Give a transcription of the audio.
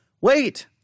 Wait